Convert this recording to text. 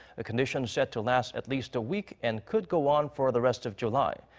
a condtition set to last at least a week. and could go on for the rest of july.